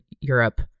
Europe